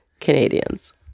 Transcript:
Canadians